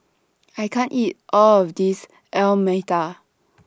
I can't eat All of This Alu Matar